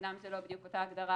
אמנם זו לא בדיוק אותה הגדרה,